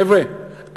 חבר'ה,